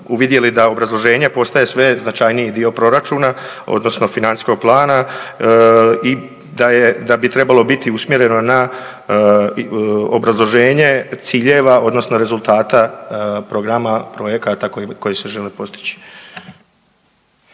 uvidjeli da obrazloženje postaje sve značajniji dio proračuna odnosno financijskog plana i da je, da bi trebalo biti usmjereno na obrazloženje ciljeva odnosno rezultata programa projekata koji se žele postići.